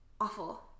awful